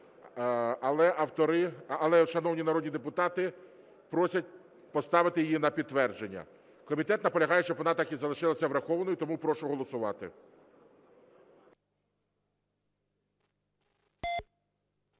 Але автори… але шановні народні депутати просять поставити її на підтвердження. Комітет наполягає, щоб вона так і залишилася врахованою. Тому прошу голосувати.